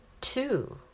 two